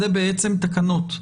זה תקנות.